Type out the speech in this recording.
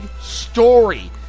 story